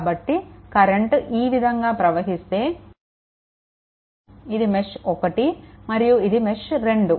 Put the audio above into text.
కాబట్టి కరెంట్ ఈ విధంగా ప్రవహిస్తే ఇది మెష్ 1 మరియు ఇది మెష్2